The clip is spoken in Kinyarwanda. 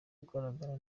ugaragara